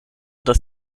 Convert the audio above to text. dass